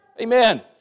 Amen